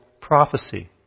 prophecy